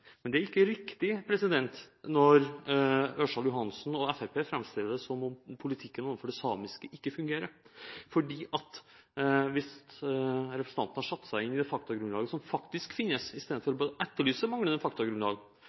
Men det er ikke riktig, som Ørsal Johansen og Fremskrittspartiet framstiller det, at politikken overfor det samiske ikke fungerer. Representanten burde ha satt seg inn i det faktagrunnlaget som faktisk finnes, istedenfor å etterlyse manglende faktagrunnlag.